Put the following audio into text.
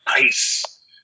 nice